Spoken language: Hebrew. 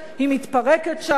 היא מתפרקת שם,